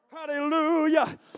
Hallelujah